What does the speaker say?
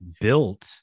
built